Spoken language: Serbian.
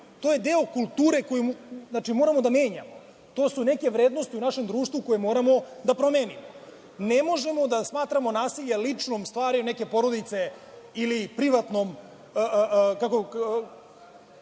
To je deo kulture koji moramo da menjamo. To su neke vrednosti u našem društvu koje moramo da promenimo. Ne možemo da smatramo nasilje ličnom stvari neke porodice ili privatnom